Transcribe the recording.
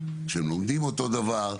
כשהם לומדים את אותו דבר,